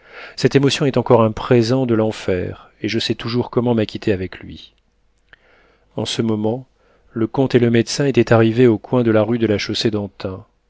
cette émotion est encore un présent de l'enfer et je sais toujours comment m'acquitter avec lui en ce moment le comte et le médecin étaient arrivés au coin de la rue de la